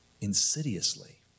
insidiously